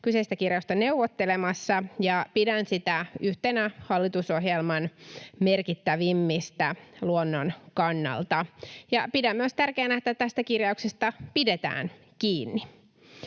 kyseistä kirjausta neuvottelemassa, ja pidän sitä yhtenä hallitusohjelman merkittävimmistä luonnon kannalta. Ja pidän myös tärkeänä, että tästä kirjauksesta pidetään kiinni.